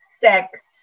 sex